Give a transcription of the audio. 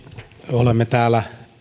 olemme täällä